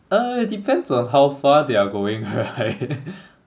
uh depends on how far they're going right